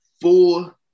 four